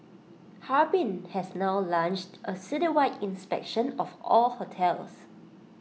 Harbin has now launched A citywide inspection of all hotels